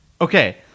Okay